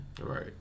Right